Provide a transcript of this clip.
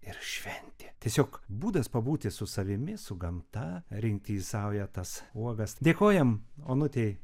ir šventė tiesiog būdas pabūti su savimi su gamta rinkti į saują tas uogas dėkojam onutei